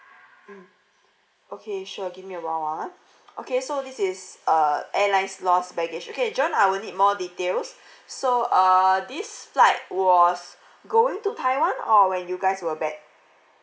mm okay sure give me awhile ah okay so this is uh airlines lost baggage okay john I will need more details so uh this flight was going to taiwan or when you guys were back